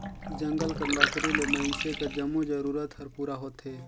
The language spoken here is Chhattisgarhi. जंगल कर लकरी ले मइनसे कर जम्मो जरूरत हर पूरा होथे